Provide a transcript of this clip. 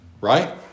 right